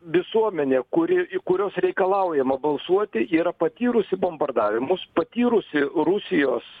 visuomenė kuri i kuriuos reikalaujama balsuoti yra patyrusi bombardavimus patyrusi rusijos